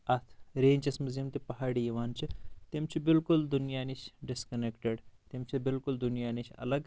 اتھ رینجس منٛز یِم تہِ پہاڑی یِوان چھِ تِم چھِ بالکُل دُنیا نِش ڈِس کنیکٹِڈ تِم چھِ بالکُل دُنیا نِش الگ